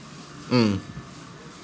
mm